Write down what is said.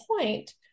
point